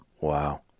Wow